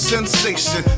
sensation